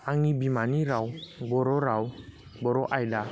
आंनि बिमानि राव बर' राव बर' आयदा